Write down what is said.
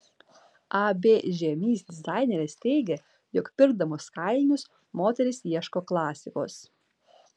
ab žiemys dizainerės teigė jog pirkdamos kailinius moterys ieško klasikos